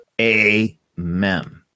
Amen